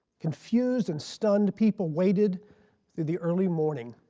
confused and stunned people waited through the early morning